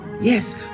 Yes